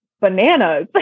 bananas